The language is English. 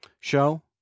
show